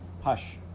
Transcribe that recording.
hush